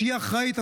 שהיא אחראית,